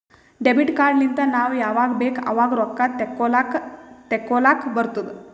debit card ಲಿಂತ್ ನಾವ್ ಯಾವಾಗ್ ಬೇಕ್ ಆವಾಗ್ ರೊಕ್ಕಾ ತೆಕ್ಕೋಲಾಕ್ ತೇಕೊಲಾಕ್ ಬರ್ತುದ್